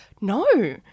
no